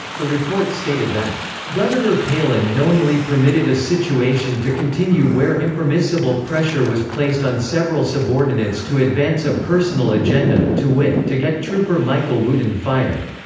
the report stated that governor palin knowingly permitted a situation to continue where impermissible pressure was placed on several subordinates to advance a personal agenda, to wit to get trooper michael wooten fired.